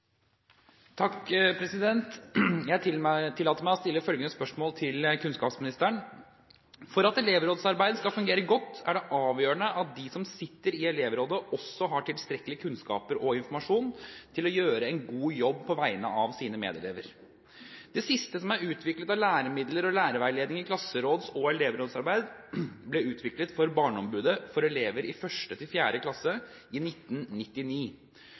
at elevrådsarbeidet skal fungere godt, er det avgjørende at de som sitter i elevrådet også har tilstrekkelige kunnskaper og informasjon til å gjøre en god jobb på vegne av sine medelever. Det siste som er utviklet av læremidler og lærerveiledning i klasseråds- og elevrådsarbeid ble utviklet for barneombudet for elever i 1.–4. klasse i 1999.